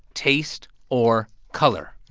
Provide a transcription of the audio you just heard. taste or color.